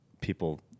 people